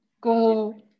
go